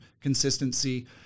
consistency